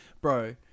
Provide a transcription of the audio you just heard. Bro